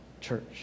church